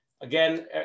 Again